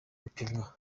gupimwa